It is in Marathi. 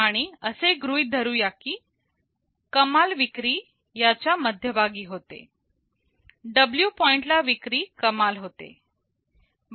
आणि असे गृहीत धरू या की कमाल विक्री याच्या मध्यभागी होते W पॉइंटला विक्री कमाल होते